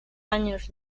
años